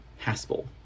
Haspel